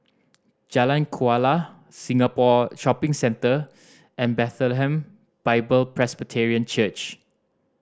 Jalan Kuala Singapore Shopping Centre and Bethlehem Bible Presbyterian Church